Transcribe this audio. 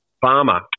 Farmer